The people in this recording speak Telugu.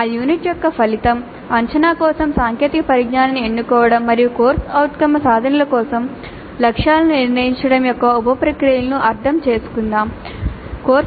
ఆ యూనిట్ యొక్క ఫలితం అంచనా కోసం సాంకేతిక పరిజ్ఞానాన్ని ఎన్నుకోవడం మరియు CO సాధనల కోసం లక్ష్యాలను నిర్ణయించడం యొక్క ఉప ప్రక్రియలను అర్థం చేసుకోండి